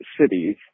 cities